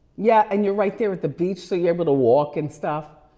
yeah, and you're right there with the beach so you're able to walk and stuff.